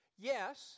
yes